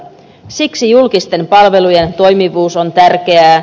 siksi julkisten palvelujen toimivuus on tärkeää